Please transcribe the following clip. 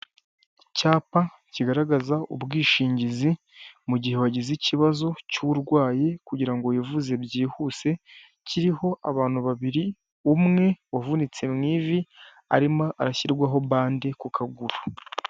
Ndahabona igazeti ya leta nimero enye yo kuwa munani bibiri na makumyabiri na gatatu, iyo gazete ikaba yandikishijwe amagambo y'umukara, ikaba yanditse mu ndimi eshatu arizo; ikinyarwanda, icyongereza ndetse n'igifaransa.